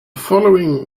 following